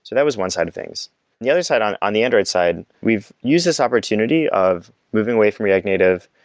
so that was one side of things the other side on on the android side, we've used this opportunity of moving away from react native,